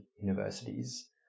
universities